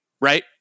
right